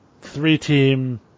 three-team